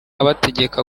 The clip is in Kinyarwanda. abategeka